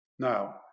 Now